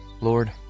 Lord